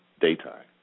daytime